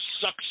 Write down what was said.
sucks